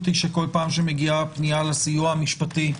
היא שכל פעם שמגיעה פנייה לסיוע המשפטי,